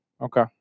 Okay